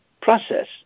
process